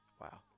wow